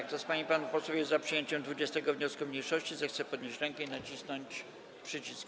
Kto z pań i panów posłów jest za przyjęciem 20. wniosku mniejszości, zechce podnieść rękę i nacisnąć przycisk.